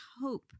hope